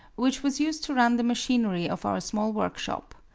which was used to run the machinery of our small workshop.